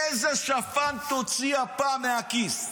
איזה שפן תוציא הפעם מהכיס.